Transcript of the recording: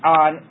on